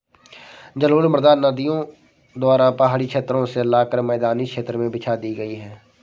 जलोढ़ मृदा नदियों द्वारा पहाड़ी क्षेत्रो से लाकर मैदानी क्षेत्र में बिछा दी गयी है